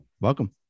welcome